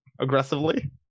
aggressively